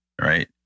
right